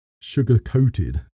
sugar-coated